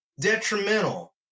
detrimental